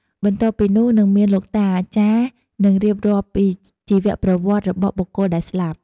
បន្ទាប់់ពីនោះនិងមានលោកតាអាចារ្យនឹងរៀបរាប់ពីជីវប្រវត្តិរបស់បុគ្គលដែលស្លាប់។